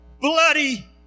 bloody